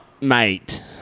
mate